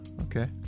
Okay